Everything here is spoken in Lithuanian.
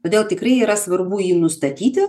todėl tikrai yra svarbu jį nustatyti